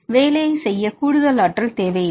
வேலையைச் செய்ய கூடுதல் ஆற்றல் தேவையில்லை